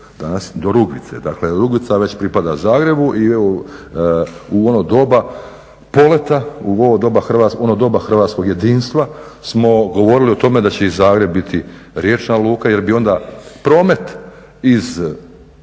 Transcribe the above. Danas je, do Rugvice, dakle Rugvica već pripada Zagrebu i evo, u ono doba poleta, u ono doba hrvatskog jedinstva smo govorili o tome da će i Zagreb biti riječna luka jer bi onda promet iz